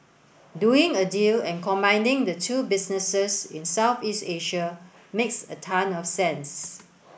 doing a deal and combining the two businesses in Southeast Asia makes a ton of sense